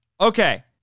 Okay